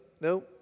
No